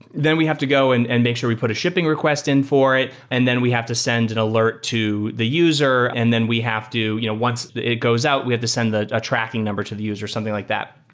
then we have to go and and make sure we put a shipping request in for it and then we have to send an alert to the user and then we have to you know once it goes out, we have to send a tracking number to the user, something like that.